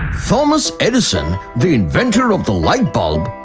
thomas edison, the inventor of the light bulb.